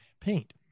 paint